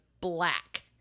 black